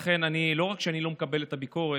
לכן, לא רק שאני לא מקבל את הביקורת,